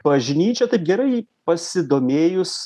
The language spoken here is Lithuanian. bažnyčia taip gerai pasidomėjus